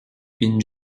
une